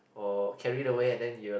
or carried away and then you were like